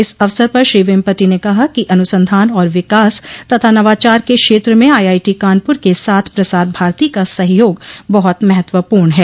इस अवसर पर श्री वेम्पटी ने कहा कि अनुसंधान और विकास तथा नवाचार के क्षेत्र में आईआईटी कानपुर के साथ प्रसार भारती का सहयोग बहुत महत्वपूर्ण है